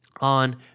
on